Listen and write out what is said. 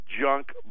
junk